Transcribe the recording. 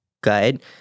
good